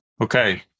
Okay